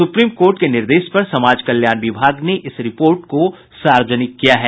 supreme court के निर्देश पर समाज कल्याण विभाग ने इस रिपोर्ट को सार्वजनिक किया है